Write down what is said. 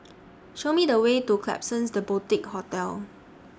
Show Me The Way to Klapsons The Boutique Hotel